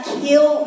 kill